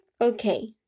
Okay